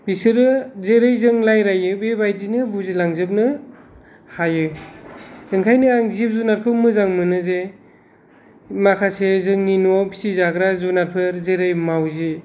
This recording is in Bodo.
बिसोरो जेरै जों रायज्लायो बेबादिनो बुजिलांजोबनो हायो ओंखायनो आं जिब जुनारखौ मोजां मोनो जे माखासे जोंनि न'आव फिसिजाग्रा जुनारफोर जेरै माउजि